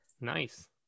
Nice